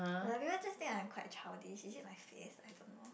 like people just think I am quite childish is it my face I don't know